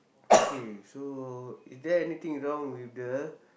K so is there anything wrong with the